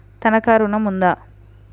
తనఖా ఋణం ఉందా?